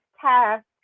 task